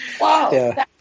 Wow